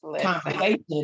conversation